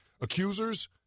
accusers